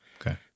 okay